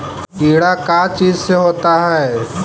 कीड़ा का चीज से होता है?